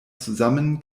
zusammen